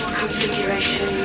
configuration